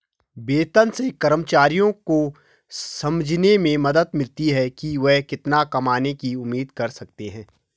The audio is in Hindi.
वेतन से कर्मचारियों को समझने में मदद मिलती है कि वे कितना कमाने की उम्मीद कर सकते हैं